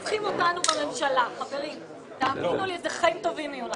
אני לא רוצה להצביע נגד אבל אני לא יכולה להצביע